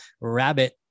rabbit